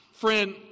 Friend